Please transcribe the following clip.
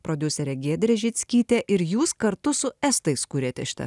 prodiuserė giedrė žickytė ir jūs kartu su estais kuriate šitą